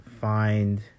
find